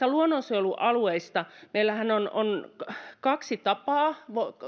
luonnonsuojelualueista meillähän on kaksi tapaa